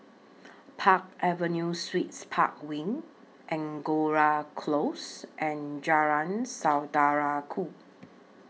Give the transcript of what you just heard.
Park Avenue Suites Park Wing Angora Close and Jalan Saudara Ku